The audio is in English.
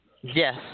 Yes